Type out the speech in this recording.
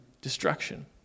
destruction